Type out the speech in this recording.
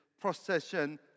procession